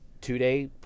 two-day